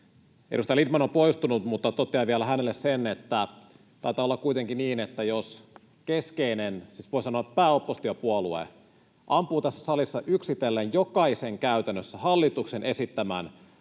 Edustaja Lindtman on poistunut, mutta totean hänelle vielä sen, että taitaa olla kuitenkin niin, että jos keskeinen, siis voi sanoa pääoppositiopuolue ampuu tässä salissa yksitellen käytännössä jokaisen hallituksen esittämän